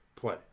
play